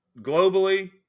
globally